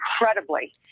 incredibly